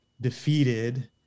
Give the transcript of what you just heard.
defeated